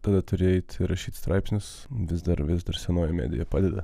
tada turi eiti rašyti straipsnius vis dar vis dar senoji medija padeda